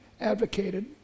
advocated